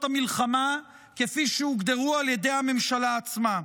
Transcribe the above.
המלחמה כפי שהוגדרו על ידי הממשלה עצמה.